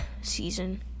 season